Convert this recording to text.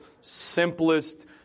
simplest